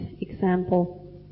example